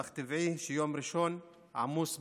ואך טבעי שיום ראשון עמוס במכון,